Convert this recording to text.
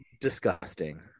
disgusting